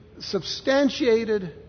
substantiated